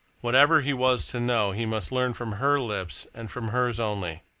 whatever he was to know he must learn from her lips and from hers only.